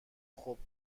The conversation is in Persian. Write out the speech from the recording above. خوبه